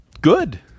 good